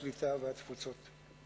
הקליטה והתפוצות.